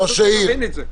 חשוב שתבין את זה.